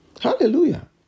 Hallelujah